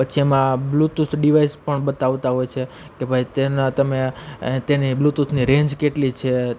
પછી એમાં Bluetooth device પણ બતાવતા હોય છે કે ભાઈ તેના તમે તેની બ્લૂતૂથની રેન્જ કેટલી છે